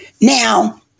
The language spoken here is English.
Now